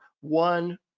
one